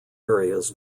areas